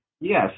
Yes